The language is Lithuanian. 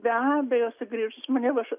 be abejo sugrįžus aš maniau aš